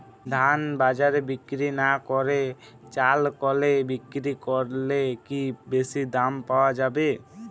ধান বাজারে বিক্রি না করে চাল কলে বিক্রি করলে কি বেশী দাম পাওয়া যাবে?